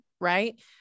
right